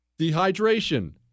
Dehydration